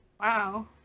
wow